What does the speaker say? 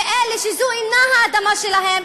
ואלה שזו אינה האדמה שלהם,